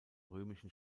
römischen